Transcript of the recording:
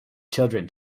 children